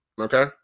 okay